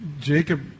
Jacob